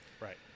Right